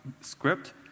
script